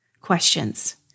questions